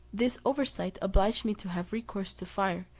this oversight obliged me to have recourse to fire,